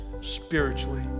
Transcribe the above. spiritually